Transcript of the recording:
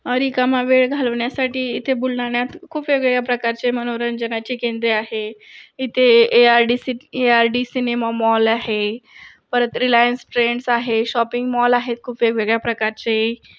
रिकामा वेळ घालवण्यासाठी इथे बुलढाण्यात खूप वेगवेगळ्या प्रकारचे मनोरंजनाचे केंद्रे आहे इथे ए ए आर डी सिट् A R D cinema mall आहे परत रिलायन्स ट्रेंडस् आहे शॉपिंग मॉल आहे खूप वेगवेगळ्या प्रकारचे